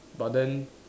but then